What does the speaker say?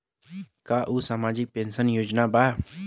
का उ सामाजिक पेंशन योजना बा?